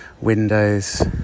windows